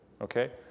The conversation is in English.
Okay